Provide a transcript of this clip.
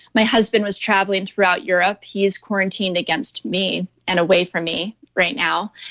my husband was traveling throughout europe. he is quarantined against me and away from me right now.